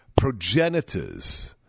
progenitors